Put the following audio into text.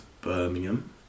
Birmingham